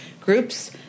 groups